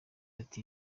ati